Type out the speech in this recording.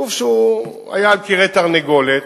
גוף שהיה על כרעי תרנגולת.